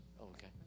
Okay